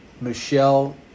Michelle